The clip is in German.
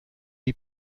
die